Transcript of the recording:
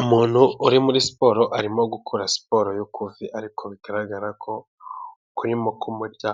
Umuntu uri muri siporo arimo gukora siporo yo ku ivi, ariko bigaragara ko kurimo kumurya